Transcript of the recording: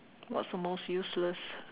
what's the most useless